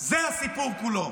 זה הסיפור כולו.